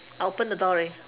open the door ready